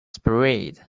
spread